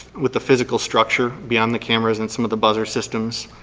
with the physical structure, beyond the cameras and some of the buzzer systems,